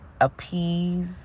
appease